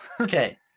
Okay